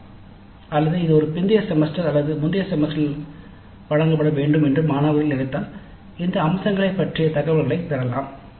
" அல்லது இது ஒரு பிந்தைய செமஸ்டர் அல்லது முந்தைய செமஸ்டரில் வழங்கப்பட வேண்டும் என்று மாணவர்கள் நினைத்தால் இந்த அம்சங்களைப் பற்றிய தகவல்களைப் பெறலாம்